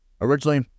Originally